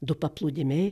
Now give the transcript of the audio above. du paplūdimiai